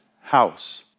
house